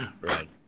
Right